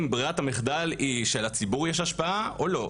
ברירת המחדל היא שלציבור יש השפעה או לא,